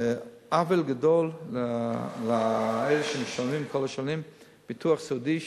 זה עוול גדול לאלה שמשלמים כל השנים ביטוח סיעודי,